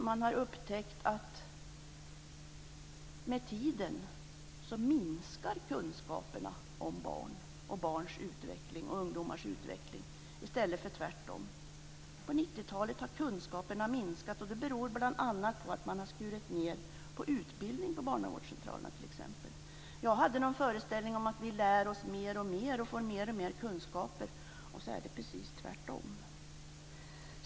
Man har upptäckt att med tiden minskar kunskaperna om barn och barns och ungdomars utveckling i stället för tvärtom. På 90-talet har kunskaperna minskat. Det beror bl.a. på att man har skurit ned på t.ex. utbildning på barnavårdscentralerna. Jag hade någon föreställning som att vi lär oss mer och mer och får mer och mer kunskaper, och så är det precis tvärtom.